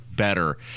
Better